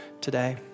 today